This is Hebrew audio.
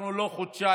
אנחנו עדיין לא חודשיים